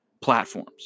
platforms